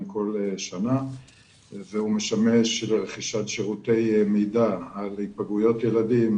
כל שנה והוא משמש לרכישת שירותי מידע על היפגעויות ילדים,